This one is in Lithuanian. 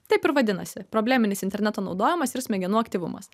taip ir vadinasi probleminis interneto naudojimas ir smegenų aktyvumas